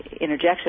interjection